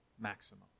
maximum